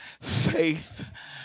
Faith